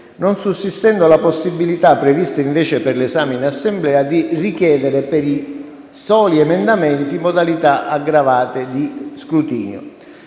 non sussistendo la possibilità, prevista invece per l'esame in Assemblea, di richiedere per i soli emendamenti modalità aggravate di scrutinio.